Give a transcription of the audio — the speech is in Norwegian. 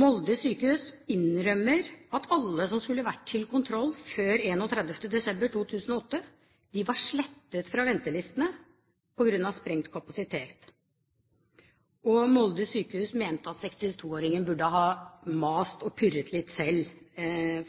Molde sykehus innrømmer at alle som skulle vært til kontroll før 31. desember 2008, var slettet fra ventelistene på grunn av sprengt kapasitet. Molde sykehus mente at 62-åringen burde ha mast og purret litt selv,